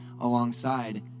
alongside